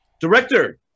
Director